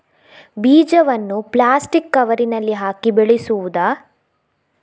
ಬೀಜವನ್ನು ಪ್ಲಾಸ್ಟಿಕ್ ಕವರಿನಲ್ಲಿ ಹಾಕಿ ಬೆಳೆಸುವುದಾ?